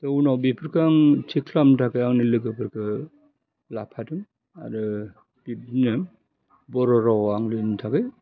थह उनाव बेफोरखौ आं थिग खालामनो थाखाय आंनि लोगोफोरखो लाफादों आरो बिब्दिनो बर' रावआंलोनि थाखाय